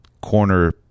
corner